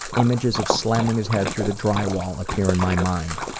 images of slamming his head through the drywall appear in my mind.